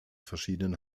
verschiedenen